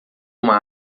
uma